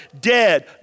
dead